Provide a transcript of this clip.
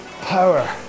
Power